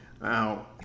Now